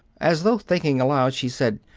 as though thinking aloud, she said,